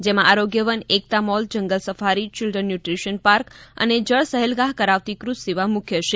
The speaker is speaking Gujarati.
જેમાં આરોગ્ય વન Ekta mall jungle safari children nutrition park અને જળ સહેલગાહ કરાવતી ક્રૂઝ સેવા મુખ્ય છે